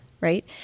right